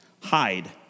hide